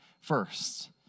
first